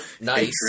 nice